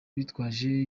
bitwaje